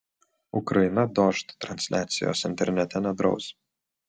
ukraina dožd transliacijos internete nedraus